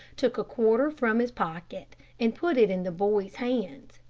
took a quarter from his pocket and put it in the boy's hand,